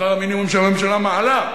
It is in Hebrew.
שכר המינימום שהממשלה מעלה,